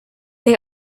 they